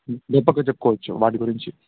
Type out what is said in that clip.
గొప్పగా చెప్పుకోవచ్చు వాటి గురించి